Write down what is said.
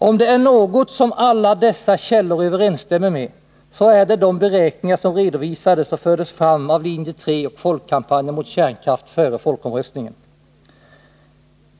Om det är något som alla dessa källor överensstämmer med, så är det de beräkningar som redovisades och fördes fram av linje 3 och Folkkampanjen mot kärnkraft före folkomröstningen.